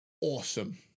awesome